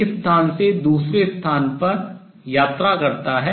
एक स्थान से दूसरे स्थान पर travel यात्रा करता है